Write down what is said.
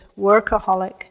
workaholic